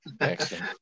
excellent